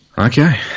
Okay